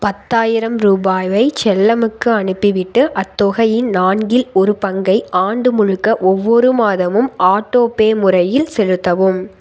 பத்தாயிரம் ரூபாவை செல்லமுக்கு அனுப்பிவிட்டு அத்தொகையின் நான்கில் ஒரு பங்கை ஆண்டு முழுக்க ஒவ்வொரு மாதமும் ஆட்டோபே முறையில் செலுத்தவும்